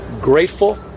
grateful